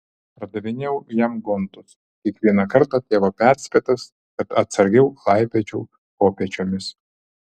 padavinėjau jam gontus kiekvieną kartą tėvo perspėtas kad atsargiau laipiočiau kopėčiomis